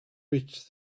reach